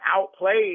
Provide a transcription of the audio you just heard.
outplayed